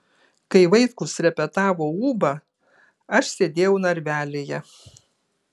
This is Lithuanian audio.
kai vaitkus repetavo ūbą aš sėdėjau narvelyje